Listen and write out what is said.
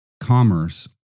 Commerce